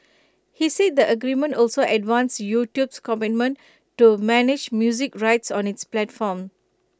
he said the agreement also advanced YouTube's commitment to manage music rights on its platform